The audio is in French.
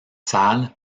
salles